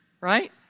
right